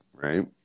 right